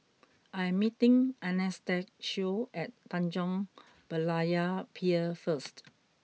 I am meeting Anastacio at Tanjong Berlayer Pier first